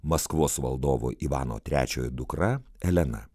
maskvos valdovo ivano trečiojo dukra elena